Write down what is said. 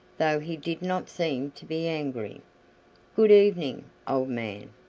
though he did not seem to be angry good-evening, old man.